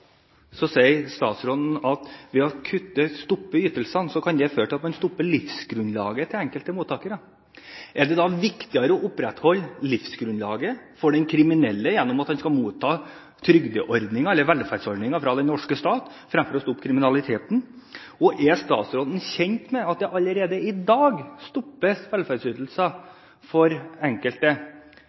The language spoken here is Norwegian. sier statsråden at å stoppe ytelsene kan føre til at man stopper livsgrunnlaget for enkelte mottakere. Er det viktigere å opprettholde livsgrunnlaget for den kriminelle gjennom at han skal motta trygdeordninger/velferdsordninger fra den norske stat, enn å stoppe kriminaliteten? Er statsråden kjent med at allerede i dag stoppes velferdsytelser for enkelte,